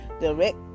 direct